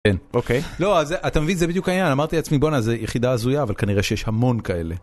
אוקיי, לא אז אתה מבין זה בדיוק העניין, אמרתי לעצמי בונה זה יחידה הזויה אבל כנראה שיש המון כאלה.